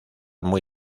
muy